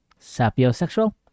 Sapiosexual